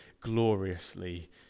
gloriously